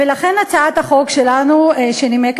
אדוני יוכל לתת לנו תשובה אם תהיה הצבעה בסוף הדיון?